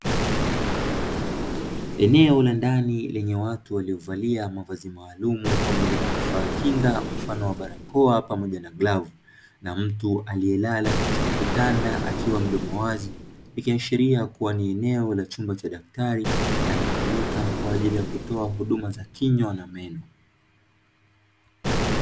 Eneo la ndani lenye watu waliovalia mavazi maalumu pamoja na vifaa kinga mfano wa barakoa pamoja na glavu, na mtu aliyelala katika kitanda akiwa mdomo wazi; ikiashiria kuwa ni eneo la chumba cha daktari anayetumika kwa ajili ya kutoa huduma za kinywa na meno.